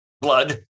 blood